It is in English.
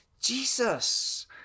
Jesus